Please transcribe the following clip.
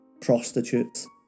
prostitutes